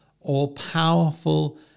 all-powerful